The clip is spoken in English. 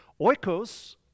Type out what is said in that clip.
Oikos